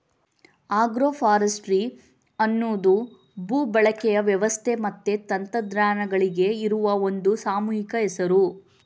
agro forestry ಅನ್ನುದು ಭೂ ಬಳಕೆಯ ವ್ಯವಸ್ಥೆ ಮತ್ತೆ ತಂತ್ರಜ್ಞಾನಗಳಿಗೆ ಇರುವ ಒಂದು ಸಾಮೂಹಿಕ ಹೆಸರು